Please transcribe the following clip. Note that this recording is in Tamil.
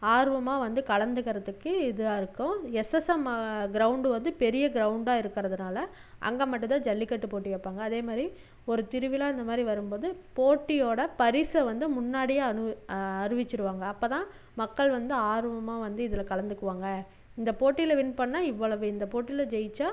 ஆர்வமாக வந்து கலந்துக்குறதுக்கு இதாகருக்கும் எஸ்எஸ்எம் கிரவுண்ட் வந்து பெரிய கிரவுண்ட்டாக இருக்கிறதுனால அங்கே மட்டும்தான் ஜல்லிக்கட்டு போட்டி வைப்பாங்க அதேமாதிரி ஒரு திருவிழா இந்தமாதிரி வரும்போது போட்டியோட பரிசை வந்து முன்னாடியே அனு அறிவிச்சிருவாங்க அப்போதான் மக்கள் வந்து ஆர்வமாக வந்து இதில் கலந்துக்குவாங்க இந்த போட்டியில் வின் பண்ணா இவ்வளவு இந்த போட்டியில் ஜெயிச்சா